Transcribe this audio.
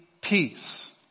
peace